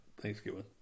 Thanksgiving